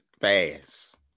fast